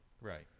Right